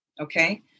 Okay